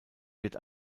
wird